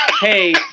hey